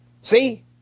See